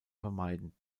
vermeiden